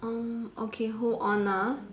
um okay hold on ah